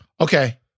Okay